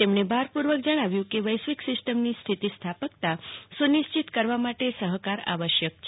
તેમણે ભારપૂર્વક જણાવ્યું કે વૈશ્વિક સિસ્ટમની સ્થિતિસ્થાપકતા સુનિશ્વિત કરવા માટે સહકાર આવશ્યક છે